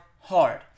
hard